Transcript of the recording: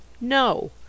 No